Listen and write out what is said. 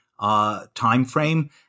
timeframe